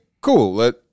cool